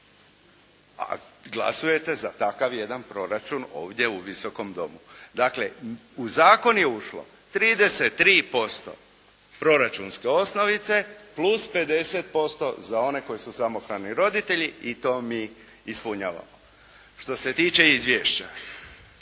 A glasujete za takav jedan proračun ovdje u Visokom domu. Dakle u Zakon je ušlo 33% proračunske osnovice plus 50% za one koji su samohrani roditelji i to mi ispunjavamo. Što se tiče izvješća